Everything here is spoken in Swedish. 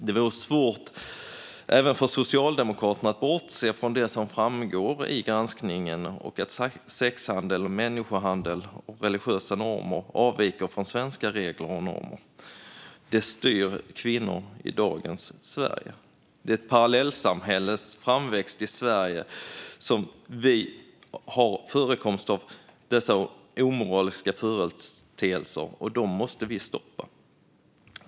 Det borde vara svårt, även för Socialdemokraterna, att bortse från det som framgår i granskningen och att sexhandel, människohandel och religiösa normer som avviker från svenska regler och normer styr kvinnor i dagens Sverige. I och med parallellsamhällets framväxt i Sverige ser vi en förekomst av dessa omoraliska företeelser, och dem måste vi stoppa.